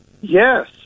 Yes